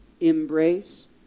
embrace